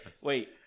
wait